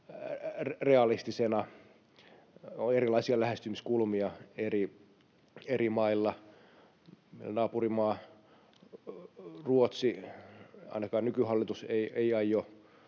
realistisena. On erilaisia lähestymiskulmia eri mailla. Naapurimaa Ruotsi, ainakaan nykyhallitus, ei aio